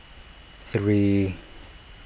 three